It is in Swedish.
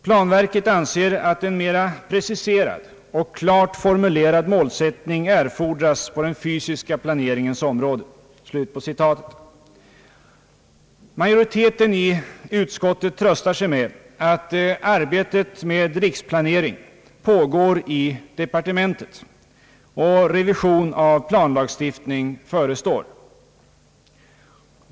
Planverket anser att en mera preciserad och klart formulerad målsättning erfordras på den fysiska planeringens område». Majoriteten i utskottet tröstar sig med att arbetet med riksplanering pågår i departementet och revision av planlagstiftning förestår.